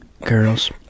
Girls